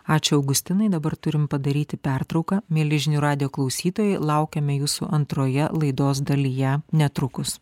ačiū augustinui dabar turim padaryti pertrauką mieli žinių radijo klausytojai laukiame jūsų antroje laidos dalyje netrukus